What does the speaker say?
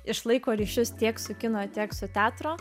išlaiko ryšius tiek su kino tiek su teatro